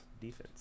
Defense